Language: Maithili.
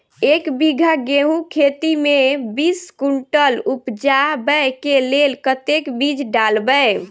एक बीघा गेंहूँ खेती मे बीस कुनटल उपजाबै केँ लेल कतेक बीज डालबै?